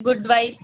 good white